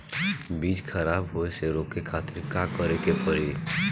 बीज खराब होए से रोके खातिर का करे के पड़ी?